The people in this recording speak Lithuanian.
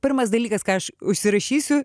pirmas dalykas ką aš užsirašysiu